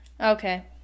Okay